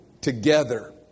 together